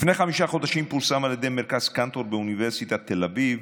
לפני חמישה חודשים פורסם על ידי מרכז קנטור באוניברסיטת תל אביב